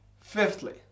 Fifthly